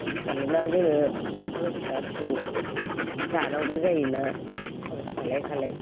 खर'स खालायना जोङो नख'राव फिसा फिसौ जानांगौ जायो ना खर'स खालाय खालाय